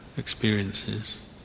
experiences